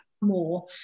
more